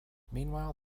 meanwhile